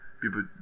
people